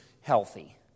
healthy